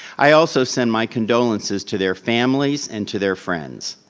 i also send my condolences to their families, and to their friends.